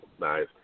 Nice